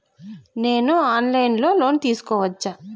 నేను online లో loan తీసుకోవచ్చా?